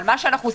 אבל כרגע,